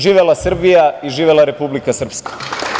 Živela Srbija i živela Republika Srpska!